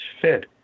fit